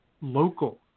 local